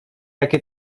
jakie